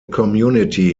community